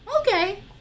Okay